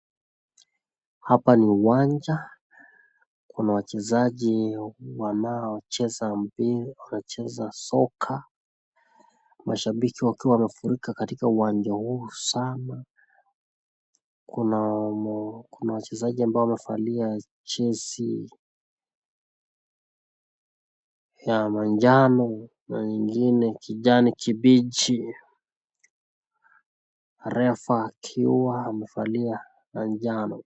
Hapa ni uwanja kuna wachezaji ambao wanacheza mpira wanacheza soka. Mashabiki wakiwa wamefurika katika uwanja huu sana. Kuna kuna wachezaji ambao wamevalia jezi ya manjano na nyingine kijani kibichi. Refa akiwa amevalia njano.